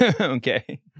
Okay